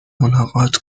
ملاقات